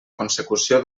consecució